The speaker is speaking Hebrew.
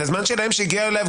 תודה.